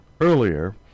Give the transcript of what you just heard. earlier